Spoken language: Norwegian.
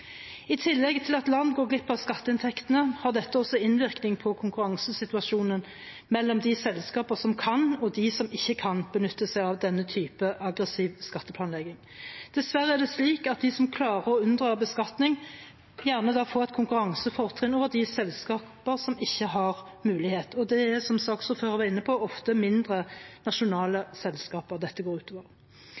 I tillegg til at land går glipp av skatteinntektene, har dette også innvirkning på konkurransesituasjonen mellom de selskaper som kan, og de som ikke kan, benytte seg av denne type aggressiv skatteplanlegging. Dessverre er det slik at de som klarer å unndra beskatning, gjerne da får et konkurransefortrinn over de selskaper som ikke har den muligheten. Og det er, som saksordføreren var inne på, ofte mindre, nasjonale selskaper dette går utover.